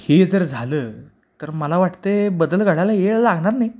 हे जर झालं तर मला वाटतय बदल घडायला वेळ लागणार नाही